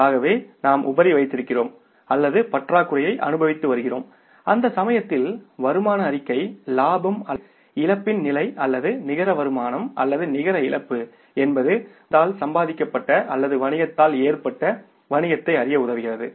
ஆகவே நாம் உபரி வைத்திருக்கிறோம் அல்லது பற்றாக்குறையை அனுபவித்து வருகிறோம் அந்த சமயத்தில் வருமான அறிக்கை லாபம் அல்லது இழப்பின் நிலை அல்லது நிகர வருமானம் அல்லது நிகர இழப்பு என்பது வணிகத்தால் சம்பாதிக்கப்பட்ட அல்லது வணிகத்தால் ஏற்பட்ட வணிகத்தை அறிய உதவுகிறது